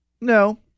No